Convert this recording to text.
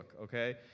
okay